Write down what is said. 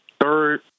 Third